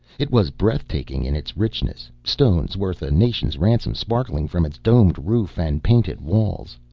it was breath-taking in its richness, stones worth a nation's ransom sparkling from its domed roof and painted walls.